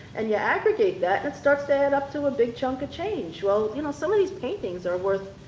and you aggregate that and it starts to add up to a big chunk of change. well you know some of these paintings are worth,